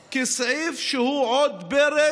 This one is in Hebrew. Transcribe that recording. כסעיף שהוא עוד פרק